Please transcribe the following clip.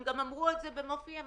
הם גם אמרו את זה במו פיהם,